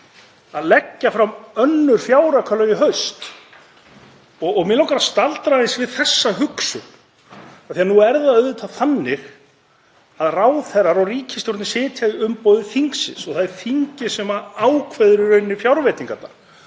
að leggja fram önnur fjáraukalög í haust. Mig langar að staldra aðeins við þessa hugsun. Nú er það auðvitað þannig að ráðherrar og ríkisstjórn sitja í umboði þingsins og það er þingið sem ákveður í rauninni fjárveitingarnar